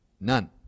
None